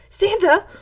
Santa